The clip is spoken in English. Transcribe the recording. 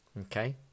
Okay